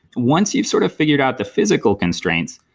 once you sort of figured out the physical constraints,